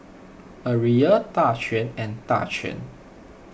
Ariella Daquan and Daquan